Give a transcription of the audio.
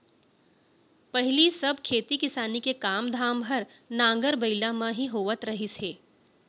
पहिली सब खेती किसानी के काम धाम हर नांगर बइला म ही होवत रहिस हे